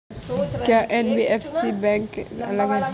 क्या NBFC bank से अलग है?